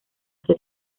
que